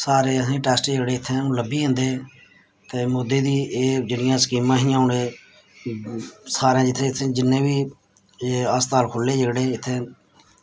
सारे असेंगी टैस्ट जेह्ड़े असेंगी इत्थें लब्भी जंदे हे ते मोदी दियां एह् जेह्ड़ियां स्कीमां हियां हून एह् सारे जित्थें जित्थें जिन्ने बी एह् अस्पताल खुल्ले जेह्ड़े इत्थें